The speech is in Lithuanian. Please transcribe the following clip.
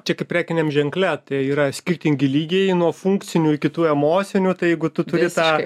čia kaip prekiniam ženkle tai yra skirtingi lygiai nuo funkcinių iki tų emocinių tai jeigu tu turi tą